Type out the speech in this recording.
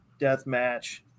deathmatch